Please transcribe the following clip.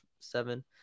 seven